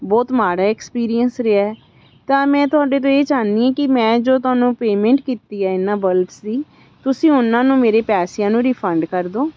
ਬਹੁਤ ਮਾੜਾ ਐਕਸਪੀਰੀਅੰਸ ਰਿਹਾ ਤਾਂ ਮੈਂ ਤੁਹਾਡੇ ਤੋਂ ਇਹ ਚਾਹੁੰਦੀ ਹਾਂ ਕਿ ਮੈਂ ਜੋ ਤੁਹਾਨੂੰ ਪੇਮੈਂਟ ਕੀਤੀ ਹੈ ਇਹਨਾਂ ਬੱਲਬਸ ਦੀ ਤੁਸੀਂ ਉਹਨਾਂ ਨੂੰ ਮੇਰੇ ਪੈਸਿਆਂ ਨੂੰ ਰਿਫੰਡ ਕਰ ਦਿਉ